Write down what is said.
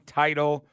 title